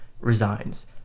resigns